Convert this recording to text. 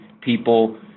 people